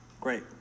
great